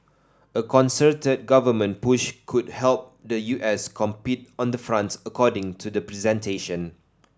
a concerted government push could help the U S compete on the front according to the presentation